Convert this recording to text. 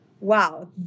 wow